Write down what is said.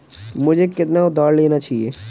मुझे कितना उधार लेना चाहिए?